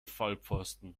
vollpfosten